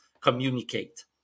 communicate